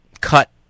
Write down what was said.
cut